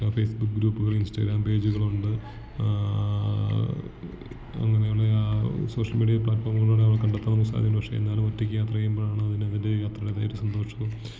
Facebook ഗ്രൂപ്പുകള് Instagram പേജുകളുണ്ട് അങ്ങനെയുള്ള ആ സോഷ്യൽ മീഡിയ പ്ലാറ്റ്ഫോമുകൾ ഒരാൾ കണ്ടെത്താൻ നിസ്സാരമാണ് പക്ഷേ നമ്മൾ ഒറ്റയ്ക്ക് യാത്ര ചെയ്യുമ്പോഴാണ് അതിന് അതിൻറ്റേതായ യാത്രയുടെതായ സന്തോഷവും